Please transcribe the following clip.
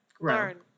Learn